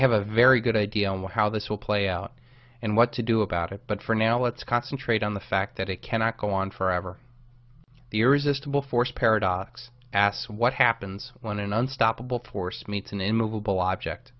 have a very good idea on how this will play out and what to do about it but for now let's concentrate on the fact that it cannot go on forever the irresistible force paradox asks what happens when an unstoppable